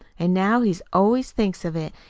an' now he always thinks of it,